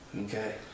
Okay